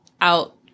out